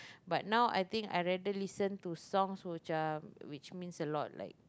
but now I think I rather listen to songs which are which means a lot like